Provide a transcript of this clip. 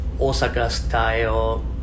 Osaka-style